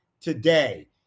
today